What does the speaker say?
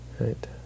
Right